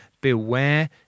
beware